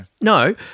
no